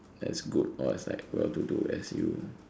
as good or as like well to do as you